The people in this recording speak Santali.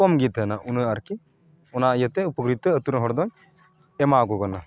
ᱠᱚᱢ ᱜᱮ ᱛᱟᱦᱮᱱᱟ ᱩᱱᱟᱹᱜ ᱟᱨᱠᱤ ᱚᱱᱟ ᱤᱭᱟᱹᱛᱮ ᱩᱯᱚᱠᱟᱨᱤᱛᱚ ᱟᱛᱩ ᱨᱮᱱ ᱦᱚᱲ ᱫᱚ ᱮᱢᱟᱣᱟᱠᱚ ᱠᱟᱱᱟ